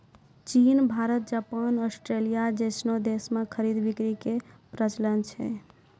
चीन Bharat Japan Australia जैसनो देश मे खरीद बिक्री के प्रचलन छै